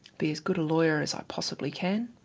be as good a lawyer as i possibly can.